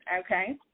okay